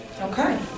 okay